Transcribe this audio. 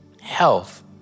health